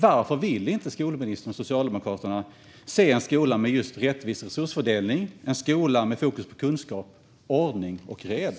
Varför vill inte skolministern och Socialdemokraterna se en skola med rättvis resursfördelning och med fokus på kunskap och ordning och reda?